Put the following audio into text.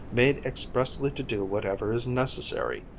made expressly to do whatever is necessary,